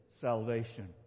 salvation